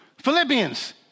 Philippians